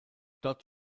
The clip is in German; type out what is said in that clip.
dort